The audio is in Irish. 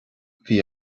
bhí